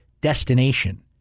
destination